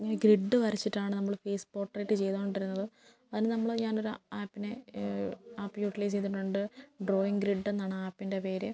grid വരച്ചിട്ടാണ് നമ്മള് face portrait ചെയ്തുകൊണ്ടിരുന്നത് അതിന് നമ്മള് ഞാനൊര് ആപ്പിനെ ആപ്പ് യൂട്ടിലൈസ് ചെയ്തിട്ടുണ്ട് ഡ്രോയിങ്ങ് ഗ്രിഡെന്നാണ് ആ ആപ്പിൻ്റെ പേര്